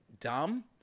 dumb